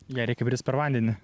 į ją reikia brist per vandenį